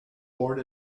born